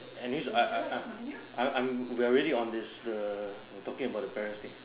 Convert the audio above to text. anyways I I I I I'm we are already on this uh talking about the parents thing